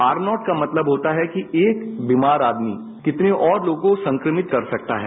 are naught का मतलब होता है कि एक बीमार आदमी कितने और लोगों को संक्रमित कर सकता है